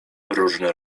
różne